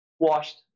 Washed